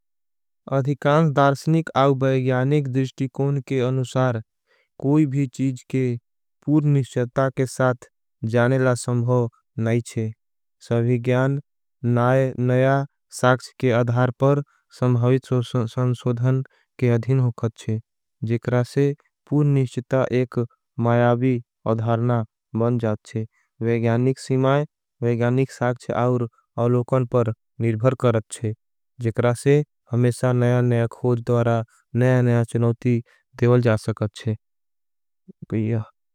अधिकांस्दार्शिनिक आउ व्याणिक द्रिश्टि कोन के अनुसार। कोई भी चीज के पूर्णिश्चता के साथ जानेला संभव नई छे। सभी ज्ञान नया साक्ष के अधार पर संभवित संसोधन के अधिन होखत छे जेकरासे पूर्णिश्चता एक मयाभी अधारना बन जात छे व्याणिक सीमाय व्याणिक साक्ष और अलोकन। पर निर्भर करत छे जेकरासे हमेसा नया नया खोज। दोरा नया नया चनोती देवल जा सकत छे।